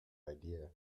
idea